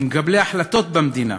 כמקבלי ההחלטות במדינה.